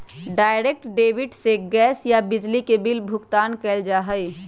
direct debit से gas या बिजली के बिल भुगतान कइल जा हई